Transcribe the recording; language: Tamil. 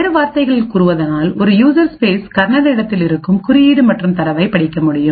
வேறு வார்த்தைகளில் கூறுவதானால் ஒரு யூசர் ஸ்பேஸ் கர்னல் இடத்தில் இருக்கும் குறியீடு மற்றும் தரவைப் படிக்க முடியும்